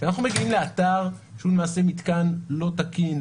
כאשר אנחנו מגיעים לאתר שהוא למעשה מתקן לא תקין,